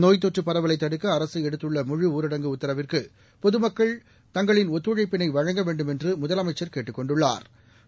நோய் தொற்று பரவலை தடுக்க அரசு எடுத்துள்ள முழு ஊரடங்கு உத்தரவிற்கு பொதுமக்கள் பொதுமக்கள் தங்களின் ஒத்துழைப்பினை வழங்க வேண்டுமென்று முதலமைச்சா் கேட்டுக் கொண்டுள்ளாா்